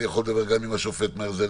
אני יכול לדבר גם עם השופט מרזל,